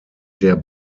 der